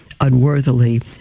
unworthily